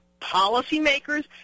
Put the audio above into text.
policymakers